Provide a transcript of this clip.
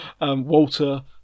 Walter